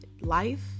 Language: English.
life